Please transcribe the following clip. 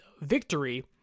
victory